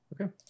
okay